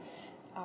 um